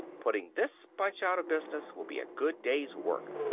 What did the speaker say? putting this bunch out of business will be a good day's work.